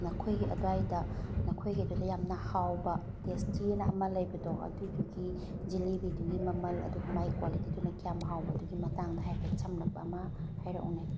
ꯅꯈꯣꯏꯒꯤ ꯑꯗꯥꯏꯗ ꯅꯈꯣꯏꯒꯤꯗꯨꯗ ꯌꯥꯝꯅ ꯍꯥꯎꯕ ꯇꯦꯁꯇꯤꯑꯅ ꯑꯃ ꯂꯩꯕꯗꯣ ꯑꯗꯨꯗꯨꯒꯤ ꯖꯤꯂꯤꯕꯤꯗꯨꯒꯤ ꯃꯃꯜ ꯑꯗꯨ ꯃꯥꯒꯤ ꯀ꯭ꯋꯥꯂꯤꯇꯤꯗꯨꯅ ꯀꯌꯥꯝ ꯍꯥꯎꯕꯗꯨꯒꯤ ꯃꯇꯥꯡꯗ ꯍꯥꯏꯐꯦꯠ ꯁꯝꯂꯛꯄ ꯑꯃ ꯍꯥꯏꯔꯛꯎꯅꯦ